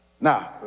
Now